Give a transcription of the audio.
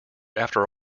after